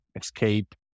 escape